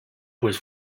pues